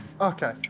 Okay